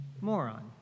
moron